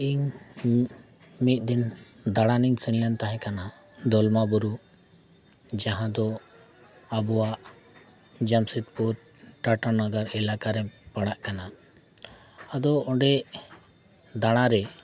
ᱤᱧ ᱢᱤᱫ ᱫᱤᱱ ᱫᱟᱬᱟᱱᱤᱧ ᱥᱮᱱ ᱞᱮᱱ ᱛᱟᱦᱮᱸ ᱠᱟᱱᱟ ᱫᱚᱞᱢᱟ ᱵᱩᱨᱩ ᱡᱟᱦᱟᱸ ᱫᱚ ᱟᱵᱚᱣᱟᱜ ᱡᱟᱢᱥᱮᱫᱯᱩᱨ ᱴᱟᱴᱟ ᱱᱟᱜᱟᱨ ᱮᱞᱟᱠᱟ ᱨᱮ ᱯᱟᱲᱟᱜ ᱠᱟᱱᱟ ᱟᱫᱚ ᱚᱸᱰᱮ ᱫᱟᱬᱟ ᱨᱮ